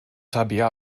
tabea